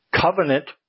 covenant